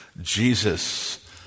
Jesus